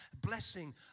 blessing